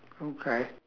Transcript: okay